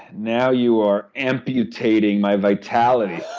now you are amputating my vitality.